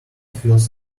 feels